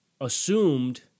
assumed